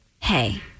hey